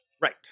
Right